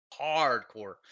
hardcore